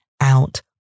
out